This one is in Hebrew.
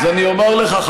אז אני אומר לך,